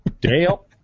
Dale